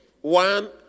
One